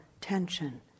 tension